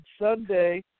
Sunday